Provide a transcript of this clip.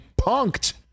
punked